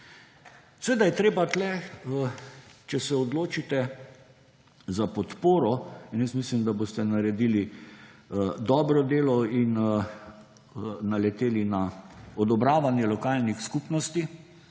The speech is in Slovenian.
je pa treba tukaj, če se odločite za podporo – in jaz mislim, da boste naredili dobro delo in naleteli na odobravanje lokalnih skupnosti